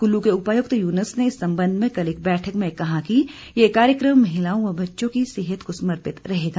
कुल्लू के उपायुक्त यूनुस ने इस संबंध में कल एक बैठक में कहा कि ये कार्यकम महिलाओं व बच्चों की सेहत को समर्पित रहेगा